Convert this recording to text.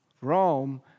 Rome